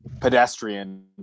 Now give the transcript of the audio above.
pedestrian